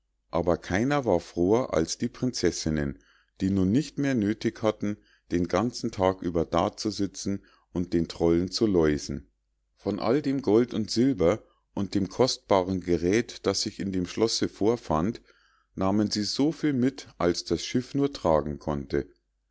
aber keiner war froher als die prinzessinnen die nun nicht mehr nöthig hatten den ganzen tag über da zu sitzen und den trollen zu läusen von all dem gold und silber und dem kostbaren geräth das sich im schlosse vorfand nahmen sie so viel mit als das schiff nur tragen konnte